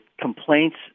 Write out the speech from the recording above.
complaints